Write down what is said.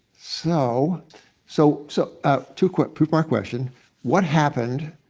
so so so ah two-part two-part question what happened